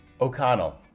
O'Connell